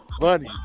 funny